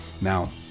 Now